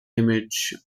image